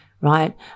Right